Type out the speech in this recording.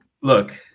Look